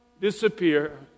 disappear